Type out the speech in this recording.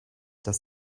dass